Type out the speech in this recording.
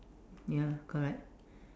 ya correct